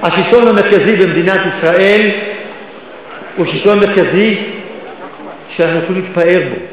השלטון המרכזי במדינת ישראל הוא שלטון מרכזי שאנחנו נתפאר בו.